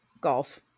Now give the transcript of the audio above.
golf